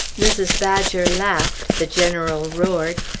mrs. badger laughed, the general roared,